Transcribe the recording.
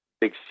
big